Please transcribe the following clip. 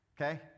okay